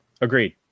Agreed